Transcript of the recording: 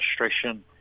administration